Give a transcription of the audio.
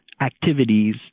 activities